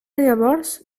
llavors